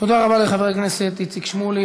תודה רבה לחבר הכנסת איציק שמולי.